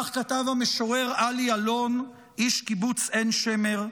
כך כתב המשורר עלי אלון, איש קיבוץ עין שמר,